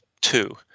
Two